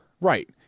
Right